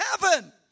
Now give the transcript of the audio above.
heaven